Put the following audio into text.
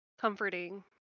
comforting